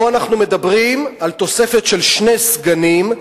פה אנחנו מדברים על תוספת של שני סגנים,